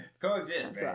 Coexist